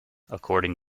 according